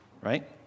Right